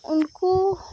ᱩᱱᱠᱩ